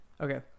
okay